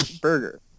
burger